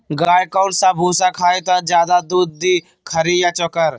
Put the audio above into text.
गाय कौन सा भूसा खाई त ज्यादा दूध दी खरी या चोकर?